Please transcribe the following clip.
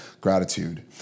gratitude